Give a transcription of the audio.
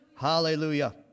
Hallelujah